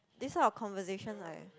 this kind of conversation like